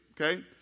Okay